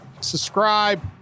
Subscribe